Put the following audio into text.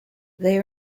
they